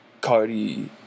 Cardi